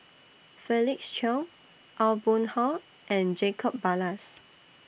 Felix Cheong Aw Boon Haw and Jacob Ballas